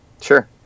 Sure